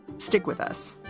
stick with us